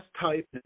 type